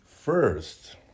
First